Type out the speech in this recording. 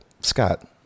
Scott